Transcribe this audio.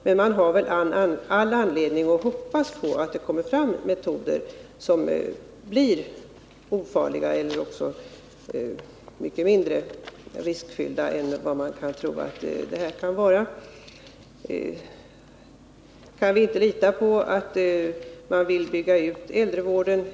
Men vi har all anledning att hoppas på att det kommer fram ofarliga eller mindre riskfyllda metoder. Kan vi inte lita på att man vill bygga ut äldrevården?